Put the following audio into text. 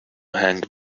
hang